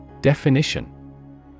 Definition